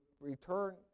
return